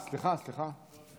סליחה, סליחה.